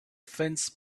fence